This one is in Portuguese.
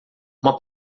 uma